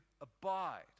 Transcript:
abide